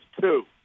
two